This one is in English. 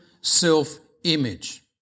self-image